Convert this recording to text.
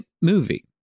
movie